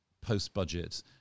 post-budget